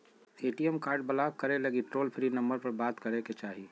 ATM card block करे लगी toll free number पर बात करे के चाही